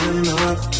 enough